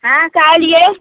हँ कहलियै